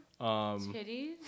titties